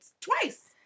Twice